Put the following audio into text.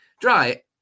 dry